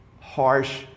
harsh